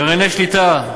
גרעיני שליטה,